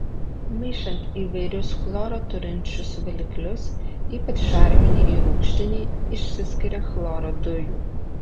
maišant įvairius chloro turinčius valiklius ypač šarminį ir rūgštinį išsiskiria chloro dujų